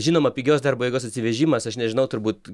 žinoma pigios darbo jėgos atsivežimas aš nežinau turbūt